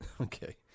Okay